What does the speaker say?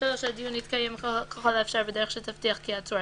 (3)הדיון יתקיים ככל האפשר בדרך שתבטיח כי העצור,